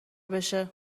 بشه